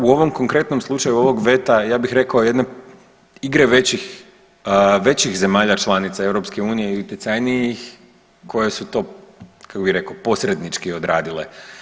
U ovom konkretnom slučaju ovog veta ja bih rekao igre većih zemalja članica EU i utjecajnijih koje su to kako bih rekao posrednički odradile.